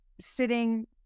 sitting